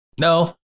no